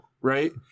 right